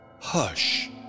Hush